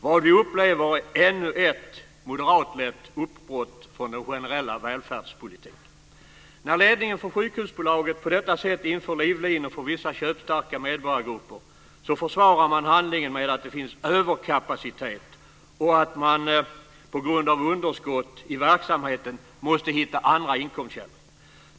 Vad vi upplever är ännu ett moderatlett uppbrott från den generella välfärdspolitiken. När ledningen för sjukhusbolaget på detta sätt inför livlinor för vissa köpstarka medborgargrupper, försvarar man handlingen med att det finns överkapacitet och att man på grund av underskott i verksamheten måste hitta andra inkomstkällor.